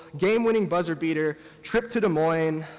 game winning buzzer beater, trip to des moines,